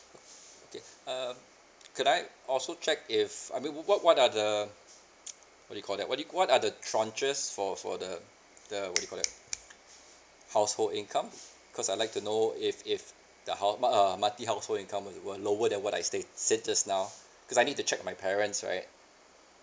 okay err could I also check if I mean what what are the what they call that what yo~ what are the trenches for for the the what you call that household income cause I like to know if if the hou~ uh household income were were lower than what I state said just now cause I need to check with my parents right